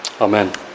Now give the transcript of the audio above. Amen